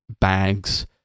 bags